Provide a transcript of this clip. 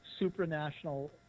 supranational